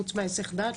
חוץ מעניין היסח הדעת,